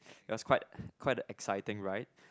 it was quite quite a exciting ride